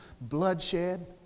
bloodshed